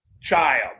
child